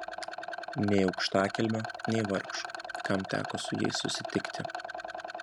nei aukštakilmio nei vargšo kam teko su jais susitikti